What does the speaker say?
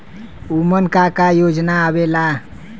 उमन का का योजना आवेला?